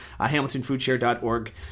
hamiltonfoodshare.org